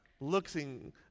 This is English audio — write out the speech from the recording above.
looking